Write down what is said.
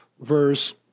verse